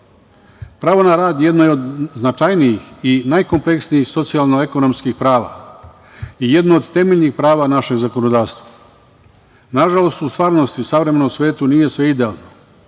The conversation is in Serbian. na rad jedno je od značajnijih i najkompleksnijih socijalno- ekonomskih prava i jedno od temeljnih prava našeg zakonodavstva. Nažalost, u stvarnosti, u savremenom svetu nije sve idealno.